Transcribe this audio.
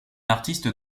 artiste